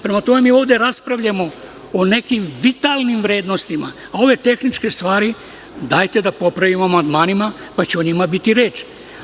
Prema tome, mi ovde raspravljamo o nekim vitalnim vrednostima, a ove tehničke stvari dajte da popravimo amandmanima, pa će o njima biti reči.